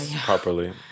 properly